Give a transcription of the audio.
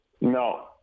No